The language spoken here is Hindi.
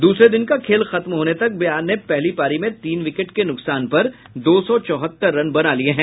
दूसरे दिन का खेल खत्म होने तक बिहार ने पहली पारी में तीन विकेट के नुकसान पर दो सौ चौहत्तर रन बना लिये है